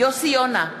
יוסי יונה,